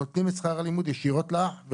אנחנו נותנים את שכר הלימוד ישירות לאח,